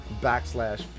backslash